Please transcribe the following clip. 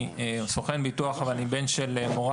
אני סוכן ביטוח אבל אני בן של מורה